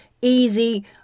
easy